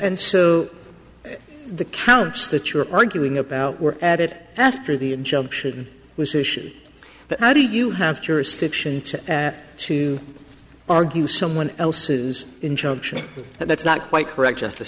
and so the counts that you're arguing about were added after the injunction was issued but how do you have jurisdiction at to argue someone else's injunction and that's not quite correct justice